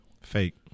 Fake